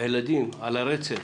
הילדים על הרצף,